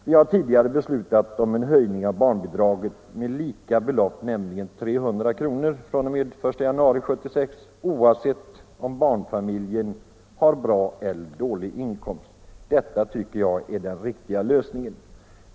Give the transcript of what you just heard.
Vi har tidigare beslutat om en höjning av barnbidraget med lika belopp, nämligen 300 kr. från den 1 januari 1976 oavsett om barnfamiljen har god eller dålig inkomst. Detta tycker jag är den riktiga lösningen.